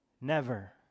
Never